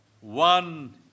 One